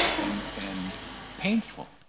and and painful.